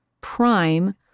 prime